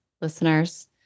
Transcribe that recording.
listeners